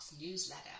newsletter